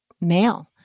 male